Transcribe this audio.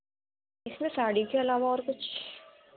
sir sari के अलावा और कुछ